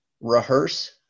rehearse